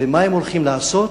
ומה הם הולכים לעשות?